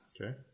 Okay